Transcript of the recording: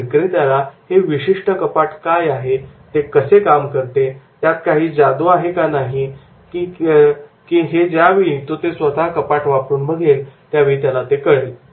तर विक्रेत्याला हे विशिष्ट कपाट काय आहे ते कसे काम करते त्यात काही जादू आहे का नाही हे ज्या वेळी तो स्वतः ते कपाट वापरून बघेल त्यावेळी त्याला ते कळेल